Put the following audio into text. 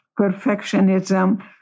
perfectionism